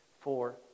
four